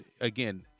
again